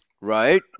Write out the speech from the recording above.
Right